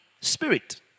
Spirit